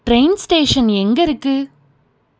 train station எங்கே இருக்குது